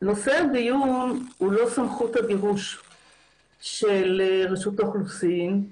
נושא הדיון הוא לא סמכות הגירוש של ראשות האוכלוסין,